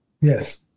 Yes